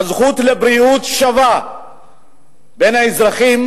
הזכות לבריאות שווה בין האזרחים,